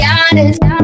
honest